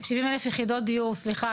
מענקי פיתוח לרשויות 290 מיליון שקל.